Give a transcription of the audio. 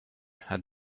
had